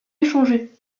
échangés